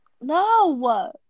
No